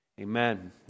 Amen